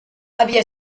havia